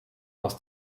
aus